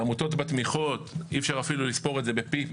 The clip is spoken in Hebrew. העמותות בתמיכות, אי אפשר אפילו לספור את זה ב-פי.